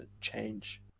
change